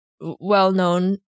well-known